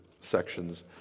sections